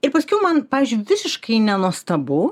ir paskiau man pavyzdžiui visiškai nenuostabu